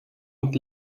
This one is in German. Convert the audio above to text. und